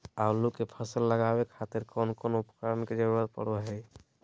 आलू के फसल लगावे खातिर कौन कौन उपकरण के जरूरत पढ़ो हाय?